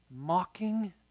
mocking